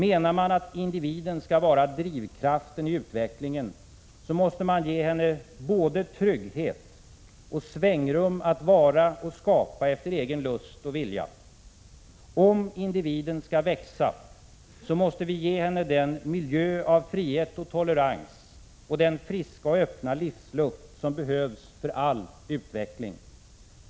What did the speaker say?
Menar man att individen skall vara drivkraften i utvecklingen, måste man ge henne både trygghet och svängrum att vara och skapa efter egen lust och vilja. Om individen skall växa, måste vi ge henne den miljö av frihet och tolerans och den friska och öppna livsluft som behövs för all utveckling.